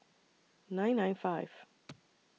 nine nine five